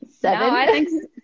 seven